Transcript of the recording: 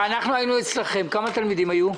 כשאנחנו היינו אצלכם כמה תלמידים היו?